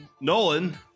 Nolan